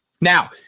Now